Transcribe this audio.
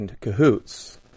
cahoots